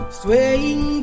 swaying